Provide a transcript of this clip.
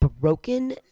broken